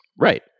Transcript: Right